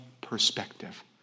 perspective